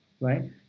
right